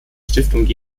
stiftung